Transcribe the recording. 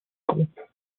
groupes